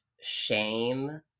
shame